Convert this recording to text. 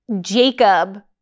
Jacob